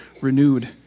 renewed